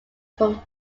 from